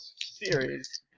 Series